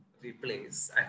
replace